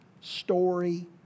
story